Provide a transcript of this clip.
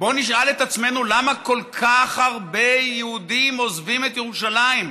בואו נשאל את עצמנו למה כל כך הרבה יהודים עוזבים את ירושלים,